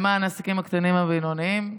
למען העסקים הקטנים והבינוניים.